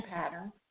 pattern